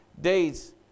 days